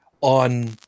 on